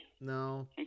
No